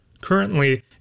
Currently